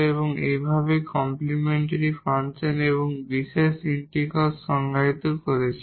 এবং এভাবেই আমরা কমপ্লিমেন্টরি ফাংশন এবং বিশেষ ইন্টিগ্রাল সংজ্ঞায়িত করেছি